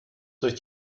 durch